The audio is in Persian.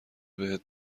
بهت